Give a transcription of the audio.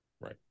Right